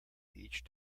each